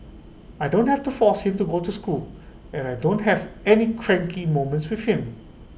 I don't have to force him to go to school and I don't have any cranky moments with him